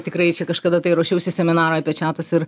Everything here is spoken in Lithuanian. tikrai čia kažkada tai ruošiausi seminarui apie čiatus ir